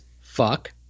fuck